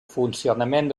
funcionament